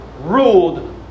ruled